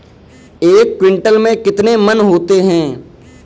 एक क्विंटल में कितने मन होते हैं?